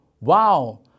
Wow